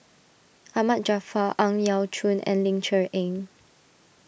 Ahmad Jaafar Ang Yau Choon and Ling Cher Eng